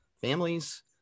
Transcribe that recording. families